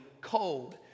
cold